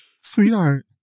sweetheart